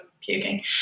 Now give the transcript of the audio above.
puking